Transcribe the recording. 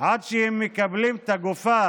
עד שהם מקבלים את הגופה